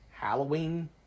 Halloween